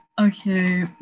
okay